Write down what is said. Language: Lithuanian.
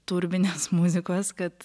turbinės muzikos kad